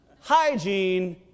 Hygiene